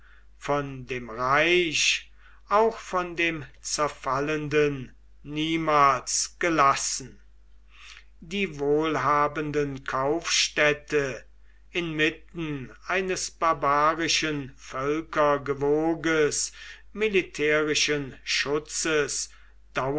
von dem reich auch von dem zerfallenden niemals gelassen die wohlhabenden kaufstädte inmitten eines barbarischen völkergewoges militärischen schutzes